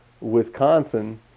Wisconsin